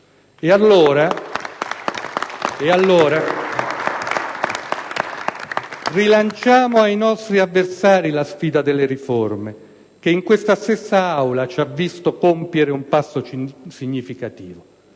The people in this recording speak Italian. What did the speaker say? Allora rilanciamo ai nostri avversari la sfida delle riforme che in questa stessa Aula ci ha visto compiere un passo significativo.